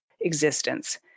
existence